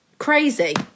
Crazy